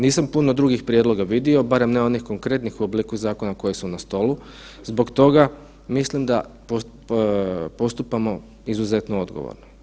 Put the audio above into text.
Nisam puno drugih prijedloga vidio barem ne onih konkretnih u obliku zakona koji su na stolu, zbog toga mislim da postupamo izuzetno odgovorno.